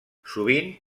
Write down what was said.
sovint